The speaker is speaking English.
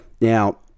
now